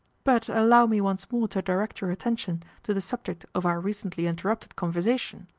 but allow me once more to direct your attention to the subject of our recently interrupted conversation,